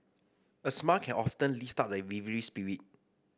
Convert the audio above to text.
a smile can often lift up a weary spirit